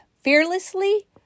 fearlessly